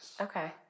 Okay